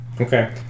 Okay